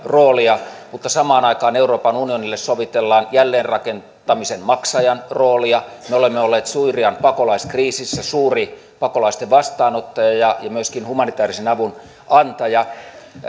roolia mutta samaan aikaan euroopan unionille sovitellaan jälleenrakentamisen maksajan roolia me olemme olleet syyrian pakolaiskriisissä suuri pakolaisten vastaanottaja ja myöskin humanitäärisen avun antaja